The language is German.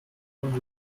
von